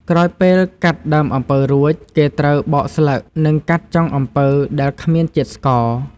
ក្រោយពេលកាត់ដើមអំពៅរួច គេត្រូវបកស្លឹក និងកាត់ចុងអំពៅដែលគ្មានជាតិស្ករ។